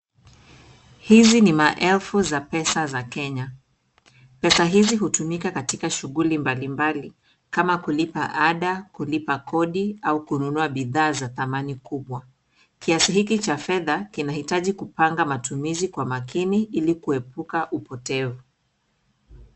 Hizi ni maelfu za pesa za Kenya. Pesa hizi hutumika katika shughuli mbalimbali kama kulipa ada, kulipa kodi au kununua bidhaa za dhamani kubwa. Kiasi hiki cha fedha kinahitaji kupanga matumizi kwa makini ili kuepuka upotevu.